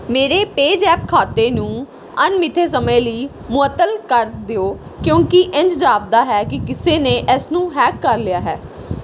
ਮੇਰੇ ਪੈਜ਼ੈਪ ਖਾਤੇ ਨੂੰ ਅਣਮਿੱਥੇ ਸਮੇਂ ਲਈ ਮੁਅੱਤਲ ਕਰ ਦਿਓ ਕਿਉਂਕਿ ਇੰਝ ਜਾਪਦਾ ਹੈ ਕਿ ਕਿਸੇ ਨੇ ਇਸਨੂੰ ਹੈਕ ਕਰ ਲਿਆ ਹੈ